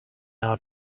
out